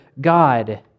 God